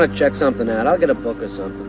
like check something out? i'm going to focus on